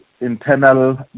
internal